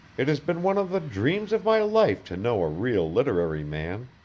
it has been one of the dreams of my life to know a real literary man.